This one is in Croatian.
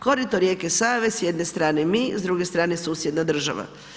Korito rijeke Save, s jedne strane mi, s druge strane susjedna država.